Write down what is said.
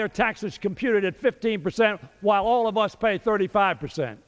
their taxes computed at fifteen percent while all of us pay thirty five percent